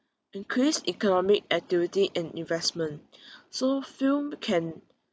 increased economic activity and investment uh so film can